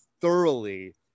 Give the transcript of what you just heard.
thoroughly